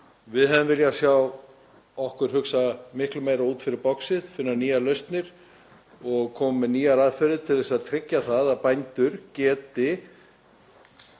Við hefðum viljað sjá okkur hugsa miklu meira út fyrir boxið, finna nýjar lausnir og koma með nýjar aðferðir til að tryggja það að bændur geti